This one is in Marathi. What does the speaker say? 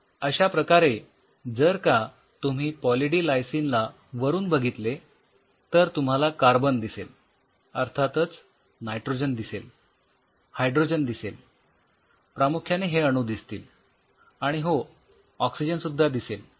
अश्या प्रकारे जर का तुम्ही पॉली डी लायसिन ला वरून बघितले तर तुम्हाला कार्बन दिसेल अर्थातच नायट्रोजन दिसेल हायड्रोजन दिसेल प्रामुख्याने हे अणू दिसतील आणि हो ऑक्सिजन सुद्धा दिसेल